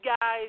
guys